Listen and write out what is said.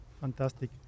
Fantastic